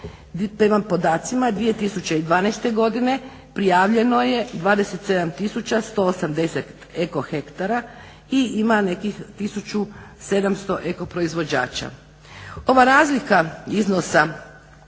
Prema podacima 2012.godine prijavljeno je 27 tisuća 180 eko hektara i ima nekih tisuću 700 eko proizvođača. Ova razlika iznosa